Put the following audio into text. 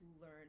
learn